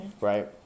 right